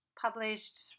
published